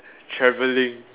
travelling